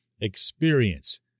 experience